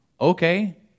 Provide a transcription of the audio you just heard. okay